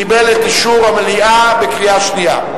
קיבלה את אישור המליאה בקריאה שנייה.